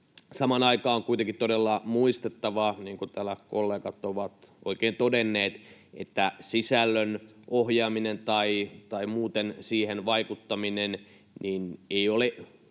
Samaan aikaan kuitenkin on todella muistettava, niin kuin täällä kollegat ovat oikein todenneet, että sisällön ohjaaminen tai muuten siihen vaikuttaminen ei ole